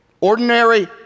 ordinary